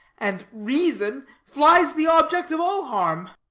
and reason flies the object of all harm.